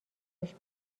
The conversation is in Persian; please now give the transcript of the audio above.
پشت